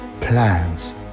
plans